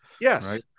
Yes